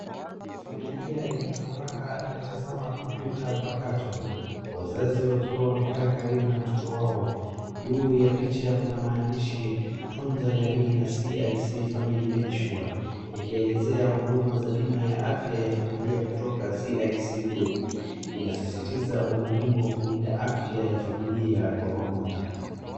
Familia yenye furaha inatazama kompyuta mpakato. Wazazi wakiwa wamekaa karibu na mtoto wao. Juu ya picha kuna maandishi Tunza Jamii na CIC Family Medisure yakielezea huduma za bima ya afya ya familia kutoka CIC Group. Inasisitiza umuhimu wa kulinda afya ya familia kwa pamoja.